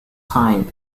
sign